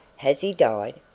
has he died?